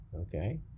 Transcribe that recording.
okay